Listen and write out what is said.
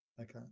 Okay